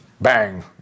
Bang